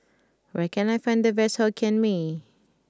where can I find the best Hokkien Mee